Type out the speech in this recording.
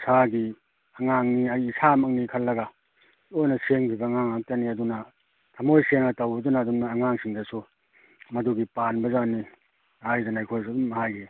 ꯏꯁꯥꯒꯤ ꯑꯉꯥꯡꯅꯤ ꯑꯩ ꯏꯁꯥꯃꯛꯅꯤ ꯈꯜꯂꯒ ꯂꯣꯏꯅ ꯁꯦꯝꯒꯤꯕ ꯑꯉꯥꯡ ꯉꯥꯛꯇꯅꯤ ꯑꯗꯨꯅ ꯊꯝꯃꯣꯏ ꯁꯦꯡꯅ ꯇꯧꯕꯗꯨꯅ ꯑꯗꯨꯝ ꯑꯉꯥꯡꯁꯤꯡꯗꯁꯨ ꯃꯗꯨꯒꯤ ꯄꯥꯟꯕꯖꯥꯠꯅꯤ ꯍꯥꯏꯗꯅ ꯑꯩꯈꯣꯏꯁꯨ ꯑꯗꯨꯝ ꯍꯥꯏꯒꯤ